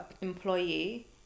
employee